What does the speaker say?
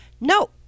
No